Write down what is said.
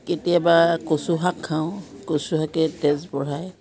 কেতিয়াবা কচু শাক খাওঁ কচু শাকে তেজ বঢ়ায়